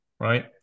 right